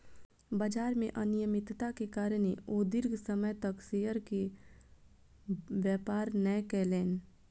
बजार में अनियमित्ता के कारणें ओ दीर्घ समय तक शेयर के व्यापार नै केलैन